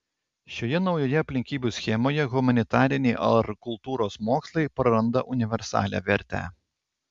šioje naujoje aplinkybių schemoje humanitariniai ar kultūros mokslai praranda universalią vertę